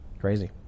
Crazy